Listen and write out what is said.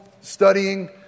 studying